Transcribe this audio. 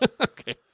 Okay